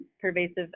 pervasive